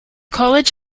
college